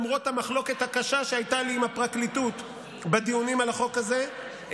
למרות המחלוקת הקשה שהייתה לי עם הפרקליטות בדיונים על החוק הזה,